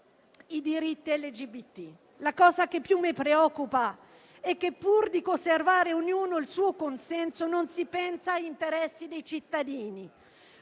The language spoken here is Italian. i diritti LGBT. La cosa che più mi preoccupa è che, pur di conservare ciascuno il proprio consenso, non si pensa agli interessi dei cittadini.